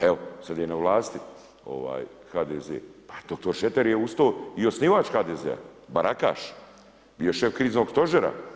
Evo sada je na vlasti HDZ, pa doktor Šeter je ustao i osnivač HDZ-a, barakaš je šef kriznog stožera.